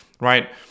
right